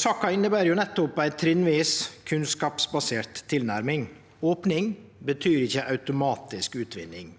Saka inneber nettopp ei trinnvis, kunnskapsbasert tilnærming. Opning betyr ikkje automatisk utvinning.